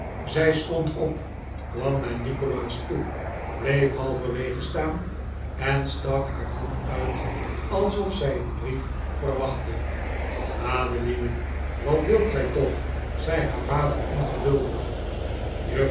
zij stond op kwam naar nikolaas toe bleef halverwege staan en stak haar hand uit alsof zij een brief verwachtte madeline wat wilt gij toch zei haar vader ongeduldig